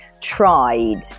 tried